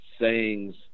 sayings